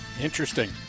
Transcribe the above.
Interesting